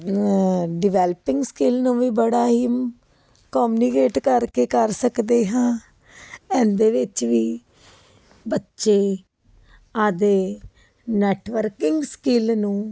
developing skill ਨੂੰ ਵੀ ਬੜਾ ਹੀ ਕਮਨੀਕੇਟ ਕਰਕੇ ਕਰ ਸਕਦੇ ਹਾਂ ਇਹਦੇ ਵਿੱਚ ਵੀ ਬੱਚੇ ਆਪਣੇ ਨੈਟਵਰਕਿੰਗ ਸਕਿਲ ਨੂੰ